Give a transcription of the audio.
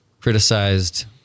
criticized